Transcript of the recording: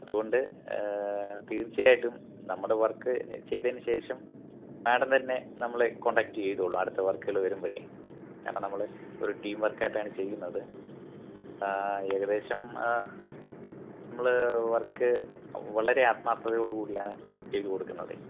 അതുകൊണ്ട് തീർച്ചയായിട്ടും നമ്മുടെ വർക്ക് ചെയ്തതിനുശേഷം മാഡം തന്നെ നമ്മളെ കോണ്ടാക്ട് ചെയ്തോളും അടുത്ത വർക്കുകൾ വരുമ്പോഴേ കാരണം നമ്മൾ ഒരു ടീം വർക്കായിട്ടാണ് ചെയ്യുന്നത് ഏകദേശം നമ്മൾ വർക്ക് വളരെ ആത്മാർത്ഥതയോടുകൂടിയാണ് ചെയ്തുകൊടുക്കുന്നതേ